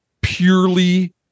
purely